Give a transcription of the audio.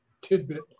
tidbit